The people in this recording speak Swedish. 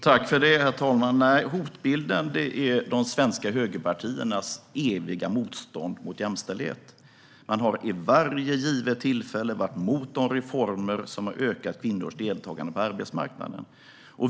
Herr talman! Nej, hotbilden handlar om de svenska högerpartiernas eviga motstånd mot jämställdhet. De har vid varje givet tillfälle varit mot de reformer som har ökat kvinnors deltagande på arbetsmarknaden.